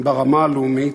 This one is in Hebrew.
ברמה הלאומית,